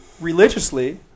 religiously